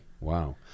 Wow